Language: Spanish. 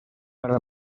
para